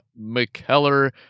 McKellar